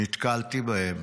נתקלתי בהם,